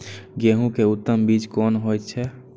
गेंहू के उत्तम बीज कोन होय छे?